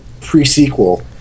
pre-sequel